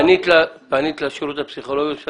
פנית לשירות הפסיכולוגי?